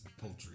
poultry